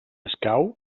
escau